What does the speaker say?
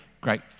great